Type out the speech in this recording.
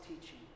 teaching